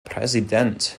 präsident